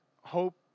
hope